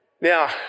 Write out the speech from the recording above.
Now